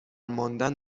ماندن